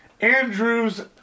Andrew's